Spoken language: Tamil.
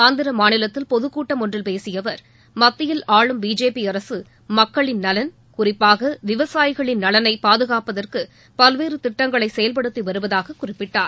ஆந்திர மாநிலத்தில் பொதுக்கூட்டம் ஒன்றில் பேசிய அவர் மத்தியில் ஆளும் பிஜேபி அரசு மக்களின் நலன் குறிப்பாக விவசாயிகளின் நலனை பாதுகாப்பதற்கு பல்வேறு திட்டங்களை செயல்படுத்தி வருவதாகக் குறிப்பிட்டார்